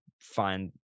find